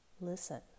listen